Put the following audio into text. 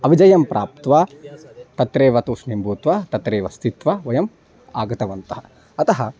अविजयं प्राप्य तत्रेव तूष्णीं भूत्वा तत्रैव स्थित्वा वयम् आगतवन्तः अतः